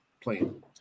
playing